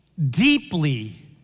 Deeply